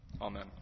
Amen